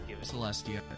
Celestia